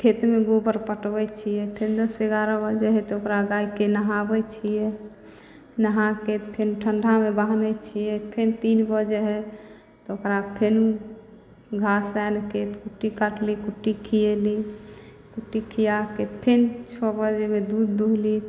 खेतमे गोबर पटबै छिए फेन दस एगारह बजै हइ तऽ ओकरा गाइके नहाबै छिए नहाके फेन ठण्डामे बान्है छिए फेन तीन बजै हइ तऽ ओकरा फेन घास आनिके कुट्टी काटली कुट्टी खिएली कुट्टी खिआके फेन छओ बजेमे दूध दुहली